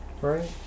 right